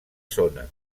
zona